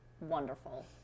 wonderful